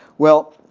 well,